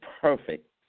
perfect